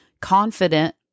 Confident